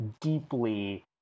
deeply